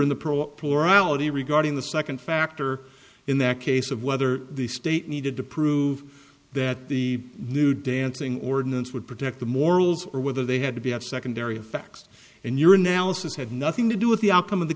ality regarding the second factor in that case of whether the state needed to prove that the new dancing ordinance would protect the morals or whether they had to be of secondary effects and your analysis had nothing to do with the outcome of the